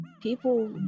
people